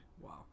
Wow